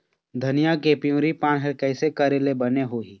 धनिया के पिवरी पान हर कइसे करेले बने होही?